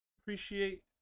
Appreciate